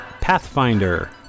Pathfinder